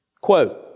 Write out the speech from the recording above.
Quote